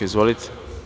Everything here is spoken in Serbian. Izvolite.